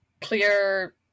clear